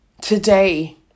today